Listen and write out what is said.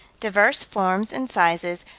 divers forms and sizes,